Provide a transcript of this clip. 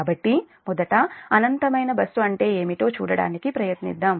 కాబట్టి మొదట అనంతమైన బస్సు అంటే ఏమిటో చూడటానికి ప్రయత్నిద్దాం